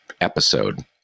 episode